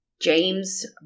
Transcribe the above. James